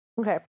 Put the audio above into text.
Okay